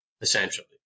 essentially